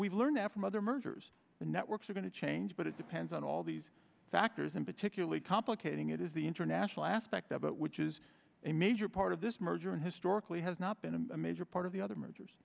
we've learned from other mergers and networks are going to change but it depends on all these factors and particularly complicating it is the international aspect of it which is a major part of this merger and historically has not been a major part of the other me